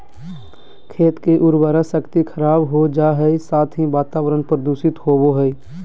खेत के उर्वरा शक्ति खराब हो जा हइ, साथ ही वातावरण प्रदूषित होबो हइ